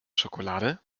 schokolade